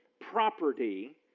property